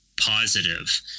positive